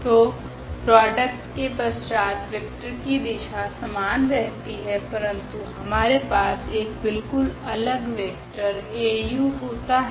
तो प्रॉडक्ट के पश्चात वेक्टर की दिशा समान रहती है परंतु हमारे पास एक बिल्कुल अलग वेक्टर Au होता है